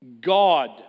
God